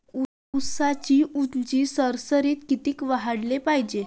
ऊसाची ऊंची सरासरी किती वाढाले पायजे?